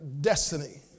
destiny